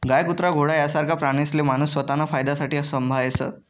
गाय, कुत्रा, घोडा यासारखा प्राणीसले माणूस स्वताना फायदासाठे संभायस